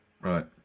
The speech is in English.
Right